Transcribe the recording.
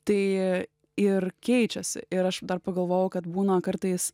tai ir keičiasi ir aš dar pagalvojau kad būna kartais